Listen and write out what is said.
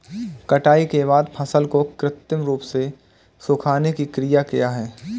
कटाई के बाद फसल को कृत्रिम रूप से सुखाने की क्रिया क्या है?